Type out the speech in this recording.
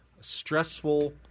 stressful